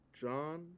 john